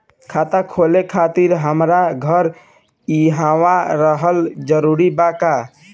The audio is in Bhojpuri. खाता खोले खातिर हमार घर इहवा रहल जरूरी बा का?